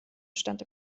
stand